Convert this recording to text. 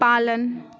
पालन